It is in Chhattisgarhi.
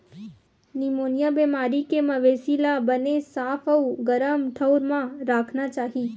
निमोनिया बेमारी के मवेशी ल बने साफ अउ गरम ठउर म राखना चाही